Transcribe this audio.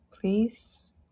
Please